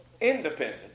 independent